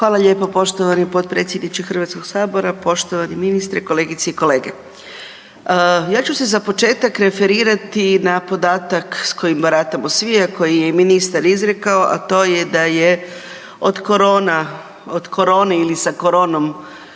Hvala lijepo, poštovani potpredsjedniče Hrvatskog sabora, poštovani ministre, kolegice i kolege. Ja ću se za početak referirati na podatak s kojim baratamo svi a koji je ministar izrekao a to je da je od korone ili sa koronom